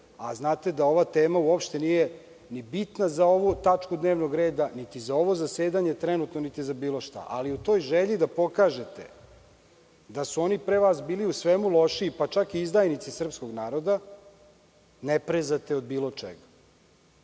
a znate da ova tema uopšte nije ni bitna za ovu tačku dnevnog reda, niti za ovo zasedanje trenutno, niti za bilo šta, ali u toj želji da pokažete da su oni pre vas bili u svemu lošiji, pa čak i izdajnici srpskog naroda, ne prezate od bilo čega.